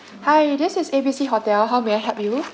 hi this is A B C hotel how may I help you